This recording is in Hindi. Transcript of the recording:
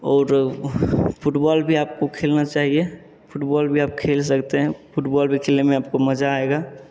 और फ़ुटबॉल भी आपको खेलना चाहिए फ़ुटबॉल भी आप खेल सकते हैं फ़ुटबॉल भी खेलने में आपको मज़ा आएगा